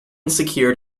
secured